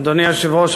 אדוני היושב-ראש,